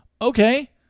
Okay